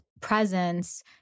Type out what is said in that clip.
presence